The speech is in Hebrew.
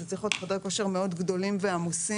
זה צריך להיות חדרי כושר מאוד גדולים ועמוסים,